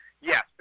yes